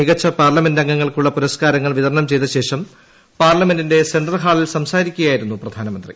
മികച്ച പാർലമെന്റ് അംഗങ്ങൾക്കുള്ള പുരസ്കാരങ്ങൾ വിതരണം ചെയ്തശേഷം പാർലമെന്റിന്റെ സെൻട്രൽ ഹാളിൽ സംസാരിക്കുയായിരുന്നു പ്രധാനമന്ത്രി